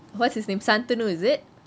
what's his name shanthanu is it